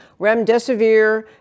remdesivir